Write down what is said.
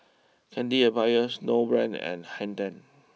Candy Empire Snowbrand and Hang ten